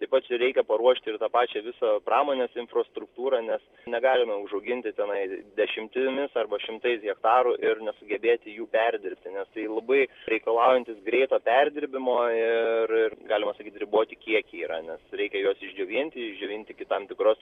taip pat čia reikia paruošti ir tą pačią visą pramonės infrastruktūrą nes negalime užauginti tenai dešimtimis arba šimtais hektarų ir nesugebėti jų perdirbti nes tai labai reikalaujantys greito perdirbimo ir ir galima sakyt riboti kiekiai yra nes reikia juos išdžiovinti išdžiovinti iki tam tikros